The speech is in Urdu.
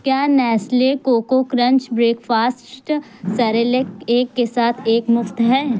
کیا نیسلے کوکو کرنچ بریکفاسٹ سیریلیک ایک کے ساتھ ایک مفت ہے